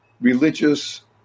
religious